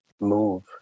move